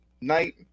night